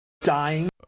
Dying